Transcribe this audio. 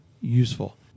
useful